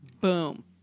Boom